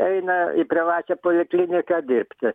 eina į privačią polikliniką dirbti